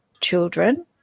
children